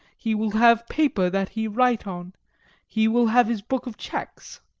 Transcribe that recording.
he will have paper that he write on he will have his book of cheques.